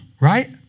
right